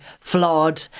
flawed